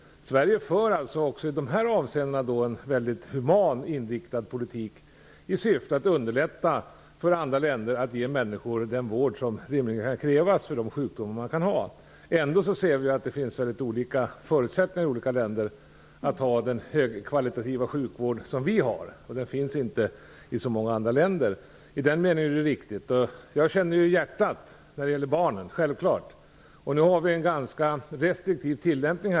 Sverige för också i dessa avseenden en mycket humant inriktad politik, i syfte att underlätta för andra länder att ge människor den vård som rimligen kan krävas för de sjukdomar de kan ha. Ändå ser vi att det finns mycket olika förutsättningar i olika länder. Den högkvalitativa sjukvård vi har i Sverige finns inte i så många andra länder. I den meningen är det riktigt. När det gäller barnen känner jag naturligtvis med hjärtat. Nu har vi en ganska restriktiv tillämpning.